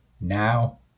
now